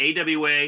AWA